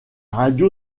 radio